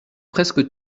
presque